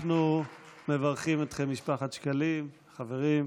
אנחנו מברכים אתכם, משפחת שקלים, חברים.